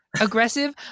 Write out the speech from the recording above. aggressive